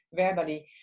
verbally